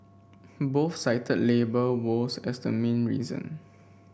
both cited labour woes as the main reason